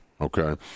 Okay